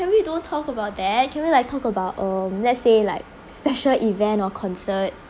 can we don't talk about that can we like talk about uh let's say like special event or concert